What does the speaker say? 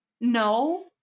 No